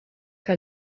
que